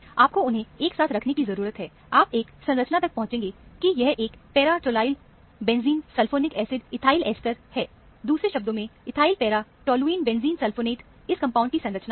आपको उन्हें एक साथ रखने की जरूरत है आप एक संरचना तक पहुंचेंगे की यह एक para tolyl benzene sulphonic acid ethyl ester है दूसरे शब्दों में ethyl para toluene benzene sulphonate इस कंपाउंड की संरचना है